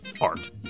Art